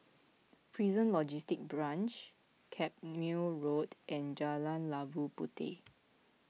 Prison Logistic Branch Carpmael Road and Jalan Labu Puteh